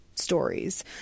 stories